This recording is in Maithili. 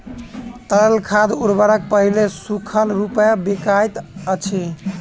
तरल खाद उर्वरक पहिले सूखल रूपमे बिकाइत अछि